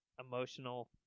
emotional